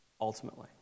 ultimately